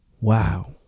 wow